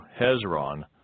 Hezron